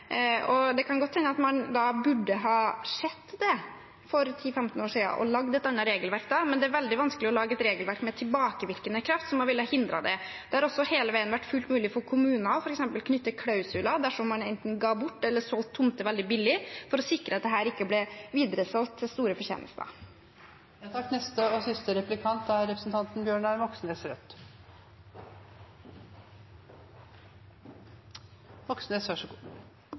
det. Det kan godt hende at man burde ha sett det for 10–15 år siden og laget et annet regelverk da, men det er veldig vanskelig å lage et regelverk med tilbakevirkende kraft som hadde hindret det. Det har også hele veien vært fullt mulig for kommunene f.eks. å ha klausuler dersom man enten gir bort eller selger tomter veldig billig, for å sikre at dette ikke blir videresolgt med store fortjenester. Melby viser til at husleie er